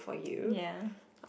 ya